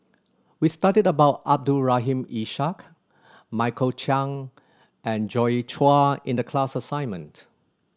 we studied about Abdul Rahim Ishak Michael Chiang and Joi Chua in the class assignment